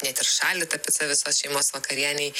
net ir šaldyta pica visos šeimos vakarienei